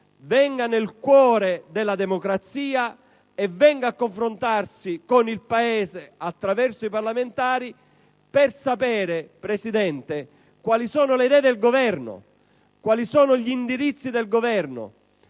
venga nel cuore della democrazia a confrontarsi con il Paese, attraverso i parlamentari. Vogliamo sapere, Presidente, quali sono le idee del Governo, quali sono i suoi indirizzi. Sia chiaro